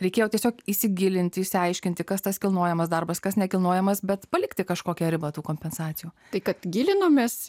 reikėjo tiesiog įsigilinti išsiaiškinti kas tas kilnojamas darbas kas nekilnojamas bet palikti kažkokią ribą tų kompensacijų tai kad gilinomės